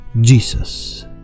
Jesus